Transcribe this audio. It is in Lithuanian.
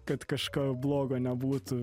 kad kažko blogo nebūtų